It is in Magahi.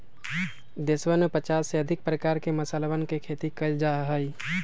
देशवन में पचास से अधिक प्रकार के मसालवन के खेती कइल जा हई